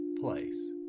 place